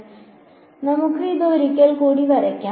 അതിനാൽ നമുക്ക് ഇത് ഒരിക്കൽ കൂടി വരയ്ക്കാം